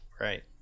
right